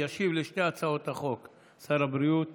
ישיב לשתי הצעות החוק שר הבריאות